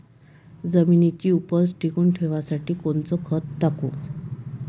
जमिनीची उपज टिकून ठेवासाठी कोनचं खत टाकू?